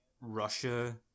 Russia